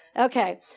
Okay